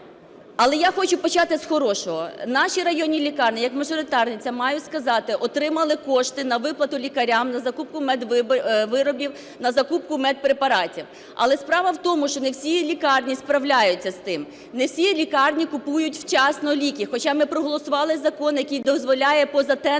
Але я хочу почати з хорошого. Наші районні лікарні як мажоритарні, це маю сказати, отримали кошти на виплату лікарям, на закупку медвиробів, на закупку медпрепаратів. Але справ в тому, що не всі лікарні справляються з тим, не всі лікарні купують вчасно ліки , хоча ми проголосували закон, який дозволяє поза